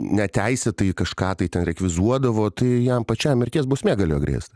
neteisėtai kažką tai rekvizuodavo tai jam pačiam mirties bausmė galėjo grėsti